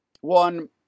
One